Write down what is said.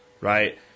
Right